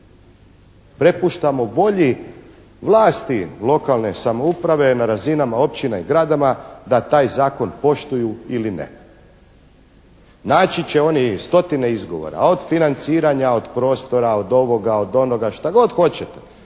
Prepuštamo volji vlasti lokalne samouprave na razini općina i gradova da taj zakon poštuju ili ne. Naći će oni stotine izgovora od financiranja, od prostora, od ovoga, od onoga što god hoćete,